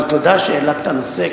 תודה שהעלית את הנושא,